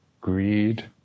greed